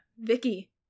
Vicky